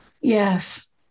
Yes